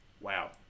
Wow